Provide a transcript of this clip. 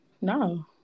No